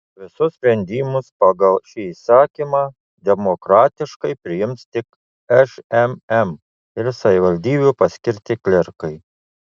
visus sprendimus pagal šį įsakymą demokratiškai priims tik šmm ir savivaldybių paskirti klerkai